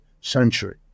century